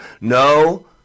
No